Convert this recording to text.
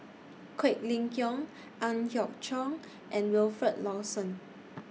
Quek Ling Kiong Ang Hiong Chiok and Wilfed Lawson